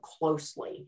closely